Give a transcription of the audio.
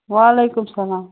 وعلیکُم السلام